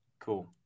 cool